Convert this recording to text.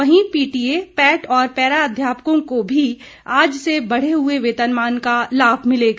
वहीं पीटीए पैट और पैरा अध्यापकों को भी आज से बढ़े हुए वेतनमान का लाभ मिलेगा